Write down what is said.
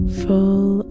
full